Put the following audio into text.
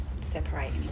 separate